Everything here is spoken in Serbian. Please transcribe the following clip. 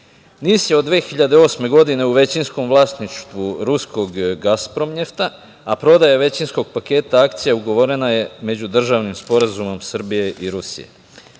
NIS. Od 2008. godine NIS je u većinskom vlasništvu ruskog „Gasprom Njefta“, a prodaja većinskog paketa akcija ugovorena je međudržavnim sporazumom Srbije i Rusije.